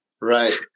Right